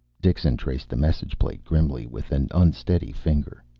dixon traced the message plate grimly, with an unsteady finger.